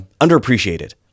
Underappreciated